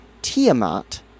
Tiamat